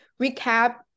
recap